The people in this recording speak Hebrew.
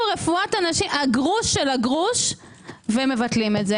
הגרוש של הגרוש ומבטלים את זה.